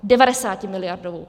90miliardovou!